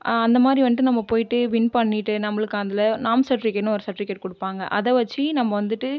அந்த மாதிரி வந்து நம்ம போயிட்டு வின் பண்ணிட்டு நம்மளுக்கு அதில் நான் சர்ட்டிஃபிக்கேட்னு ஒரு சர்ட்டிஃபிக்கேட் கொடுப்பாங்க அதை வச்சு நம்ம வந்துட்டு